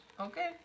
okay